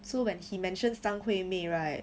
so when he mentioned 张惠妹 right